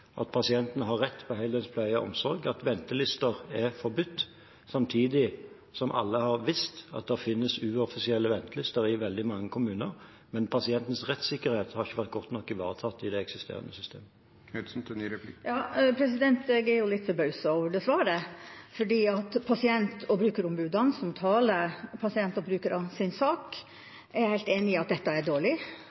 at pasientene har rett på heldøgns pleie og omsorg, at ventelister er forbudt, samtidig som alle har visst at det finnes uoffisielle ventelister i veldig mange kommuner. Men pasientens rettssikkerhet har ikke vært godt nok ivaretatt i det eksisterende systemet. Jeg er litt forbauset over det svaret, fordi pasient- og brukerombudene, som taler pasientenes og brukernes sak, er helt enig i at dette er dårlig.